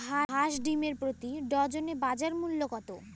হাঁস ডিমের প্রতি ডজনে বাজার মূল্য কত?